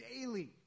daily